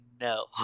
no